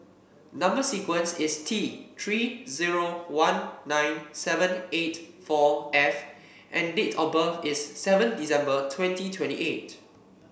number sequence is T Three zero one nine seven eight four F and date of birth is seven December twenty twenty eight